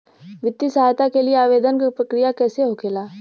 वित्तीय सहायता के लिए आवेदन क प्रक्रिया कैसे होखेला?